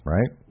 Right